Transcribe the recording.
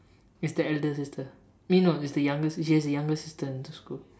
it's the elder sister eh no it's the younger he has a younger sister in the school